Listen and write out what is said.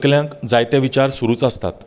तकल्यांत जायते विचार सुरूच आसतात